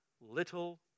little